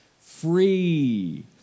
free